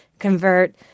convert